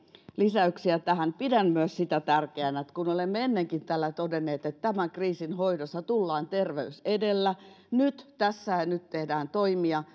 lisäyksiä tähän pidän myös sitä tärkeänä kuten olemme ennenkin täällä todenneet että tämän kriisin hoidossa tullaan terveys edellä kun nyt tässä ja nyt tehdään toimia